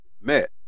met